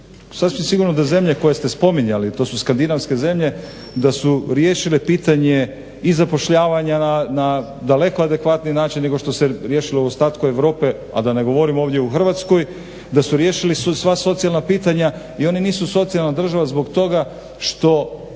Sasvim sigurno da zemlje koje ste spominjali, to su skandinavske zemlje, da su riješile pitanje i zapošljavanja na daleko adekvatniji način nego što se riješilo u ostatku Europe, a da ne govorim ovdje u Hrvatskoj, da su riješili sva socijalna pitanja i oni nisu socijalna država zbog toga što